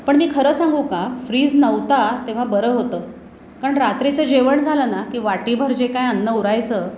पण मी खरं सांगू का फ्रीज नव्हता तेव्हा बरं होतं कारण रात्रीचं जेवण झालं ना की वाटीभर जे काय अन्न उरायचं